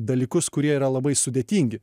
dalykus kurie yra labai sudėtingi